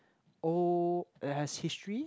old it has history